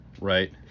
Right